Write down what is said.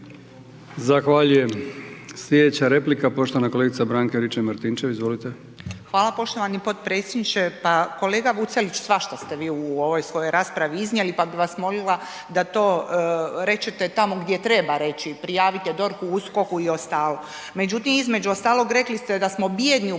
Zahvaljujem. Sljedeća replika poštovana kolegica Branka Juričev-Martinčev. Izvolite. **Juričev-Martinčev, Branka (HDZ)** Hvala poštovani potpredsjedniče. Pa kolega Vucelić, svašta ste vi u ovoj svojoj raspravi iznijeli pa bih vas molila da to rečete tamo gdje treba reći, prijavite DORH-u, USKOK-u i ostalo. Međutim, između ostalog rekli ste da smo bijedni u